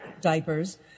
diapers